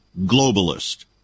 globalist